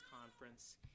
conference